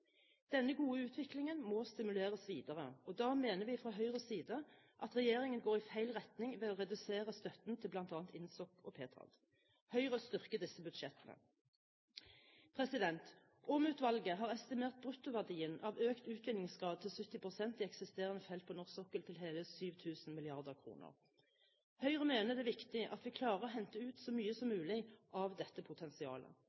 Denne gode utviklingen må stimuleres videre, og da mener vi fra Høyres side at regjeringen går i feil retning ved å redusere støtten til bl.a. INTSOK og Petrad. Høyre styrker disse budsjettene. Åm-utvalget har estimert bruttoverdien av økt utvinningsgrad til 70 pst. i eksisterende felt på norsk sokkel til hele 7 000 mrd. kr. Høyre mener det er viktig at vi klarer å hente ut så mye som